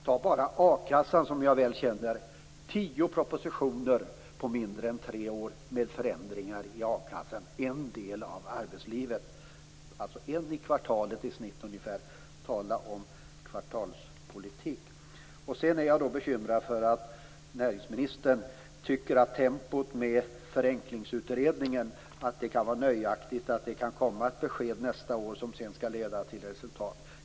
När det gäller a-kassan, som jag väl känner, har regeringen lagt fram tio propositioner under mindre än tre år med förändringar. Det innebär ungefär en i kvartalet. Tala om kvartalspolitik. Jag är bekymrad över att näringsministern tycker att tempot med Förenklingsutredningen är nöjaktigt - att det kan komma ett besked nästa år som sedan skall leda till resultat.